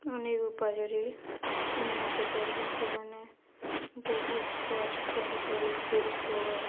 ଅନେକ ଉପାୟରେ ଉନ୍ନତି କରିଛନ୍ ସେମାନେ ବହୁତ କଷ୍ଟ କରି କରି ଶିଳ୍ପ